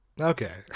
Okay